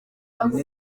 gakondo